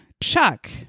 Chuck